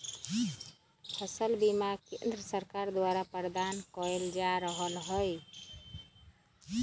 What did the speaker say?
फसल बीमा केंद्र सरकार द्वारा प्रदान कएल जा रहल हइ